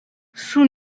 sous